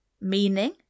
Meaning